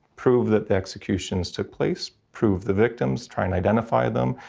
prove that the executions took place, prove the victims, try and identify them,